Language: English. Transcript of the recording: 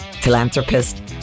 philanthropist